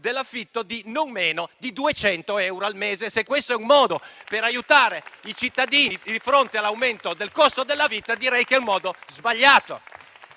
dell'affitto di non meno di 200 euro al mese. Se questo è un modo per aiutare i cittadini di fronte all'aumento del costo della vita, direi che è il modo sbagliato.